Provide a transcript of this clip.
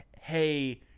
hey